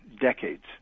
decades